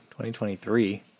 2023